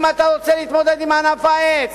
אם אתה רוצה להתמודד עם ענף העץ,